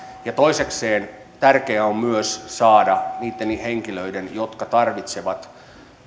toisekseen tärkeää on myös saada palveluja niille henkilöille jotka niitä tarvitsevat